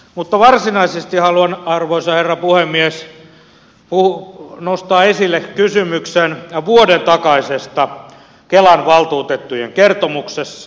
mutta varsinaisesti haluan arvoisa herra puhemies nostaa esille kysymyksen vuoden takaisesta kelan valtuutettujen kertomuksesta